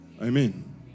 Amen